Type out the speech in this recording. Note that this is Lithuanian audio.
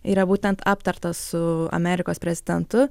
yra būtent aptartas su amerikos prezidentu